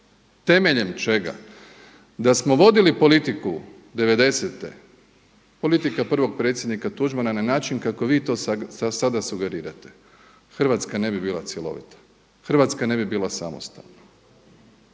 temeljem čega? Da smo vodili politiku 90.te politika prvog predsjednika Tuđmana na način kako vi to sada sugerirate Hrvatska ne bi bila cjelovita, Hrvatska ne bi bila samostalna.